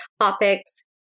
topics